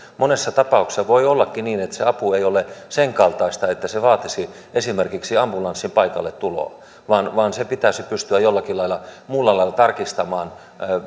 monessa tapauksessa voi ollakin niin että se apu ei ole sen kaltaista että se vaatisi esimerkiksi ambulanssin paikalle tuloa vaan vaan se pitäisi pystyä jollakin lailla muulla lailla tarkistamaan